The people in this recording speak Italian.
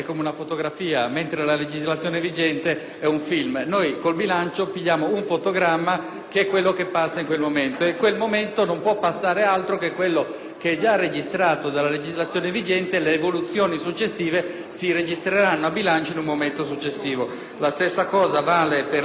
fotogramma che passa in un dato momento. In quel dato momento non può passare altro che ciò che è già registrato dalla legislazione vigente, mentre le evoluzioni successive si registreranno a bilancio in un momento successivo. La stessa cosa vale per il Fondo aree sottoutilizzate, perché anche in questo caso, come è sempre stata prassi